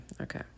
okay